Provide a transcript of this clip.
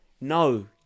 no